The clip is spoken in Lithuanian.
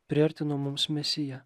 priartino mums mesiją